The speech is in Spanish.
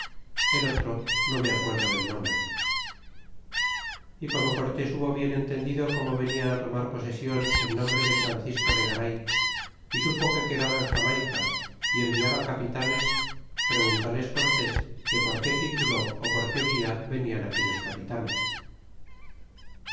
el otro no me acuerdo el nombre y como cortés hubo bien entendido como venian tomar posesion en nombre de francisco de garay é supo que quedaba en jamayca y enviaba capitanes pregunmies cortés que por qué titulo o por qué via venian aquellos capitanes